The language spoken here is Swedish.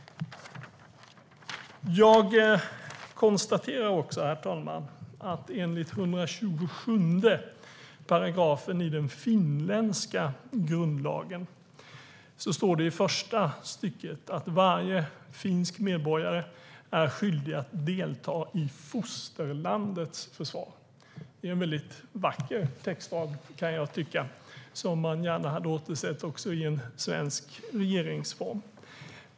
Jag konstaterar också, herr talman, att i 127 § i den finländska grundlagen står det i första stycket att "varje finsk medborgare är skyldig att delta i fosterlandets försvar". Det är en väldigt vacker textrad, kan jag tycka, som jag gärna hade sett också i en svensk regeringsform.